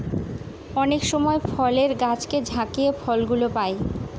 অনেক সময় ফলের গাছকে ঝাকিয়ে ফল গুলো পাই